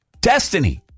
Destiny